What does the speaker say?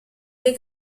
dei